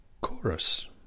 chorus